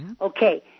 Okay